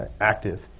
active